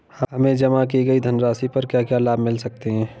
हमें जमा की गई धनराशि पर क्या क्या लाभ मिल सकता है?